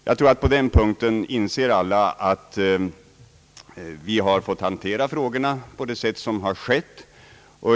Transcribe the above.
Jag tror att alla på den punkten inser, att man haft att behandla frågorna på det sätt som skett.